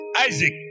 Isaac